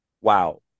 wow